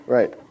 Right